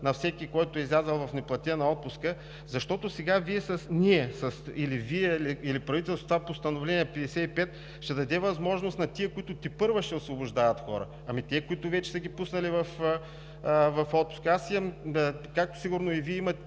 на всеки, който е излязъл в неплатена отпуска, защото сега ние или Вие, или правителството, това Постановление № 55 ще даде възможност на тия, които тепърва ще освобождават хора. Ами тия, които вече са ги пуснали в отпуска? Аз имам, както сигурно и Вие имате